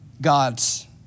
God's